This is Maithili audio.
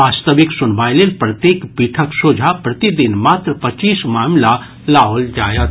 वास्तविक सुनवाई लेल प्रत्येक पीठक सोझा प्रतिदिन मात्र पच्चीस मामिला लाओल जायत